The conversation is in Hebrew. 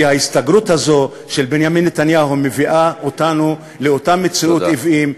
כי ההסתגרות הזאת של בנימין נתניהו מביאה אותנו לאותה מציאות עוועים,